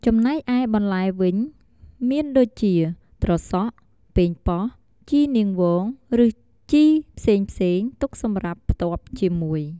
ចំណែកឯបន្លែវិញមានដូចជា ត្រសក់ ប៉េងប៉ោះ ជីរនាងវង ឬ ជីរផ្សេងៗ ទុកសម្រាប់ផ្ទាប់ជាមួយ។